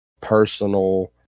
personal